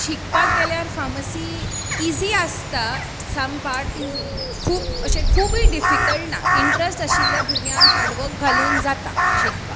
शिकपाक गेल्यार pharmacy easy आसता सम पार्ट इज खूप अशें खुपूय डिफिकल्टूय ना इंट्रस्ट आशिल्ल्या भुरग्यांक हार्डवर्क घालून जाता शिकपाक